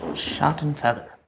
shock and feather.